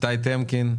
איתי טמקין.